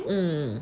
mmhmm